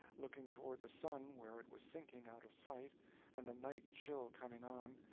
looking toward the sun where it was sinking out of sight and the night chill coming on,